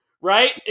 right